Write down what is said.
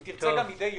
אם תרצה גם מידי יום,